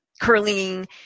curling